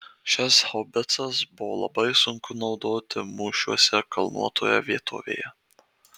šias haubicas buvo labai sunku naudoti mūšiuose kalnuotoje vietovėje